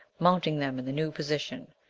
mounting them in the new position.